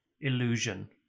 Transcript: illusion